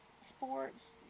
sports